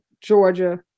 Georgia